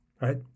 Right